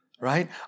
right